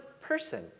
person